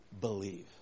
believe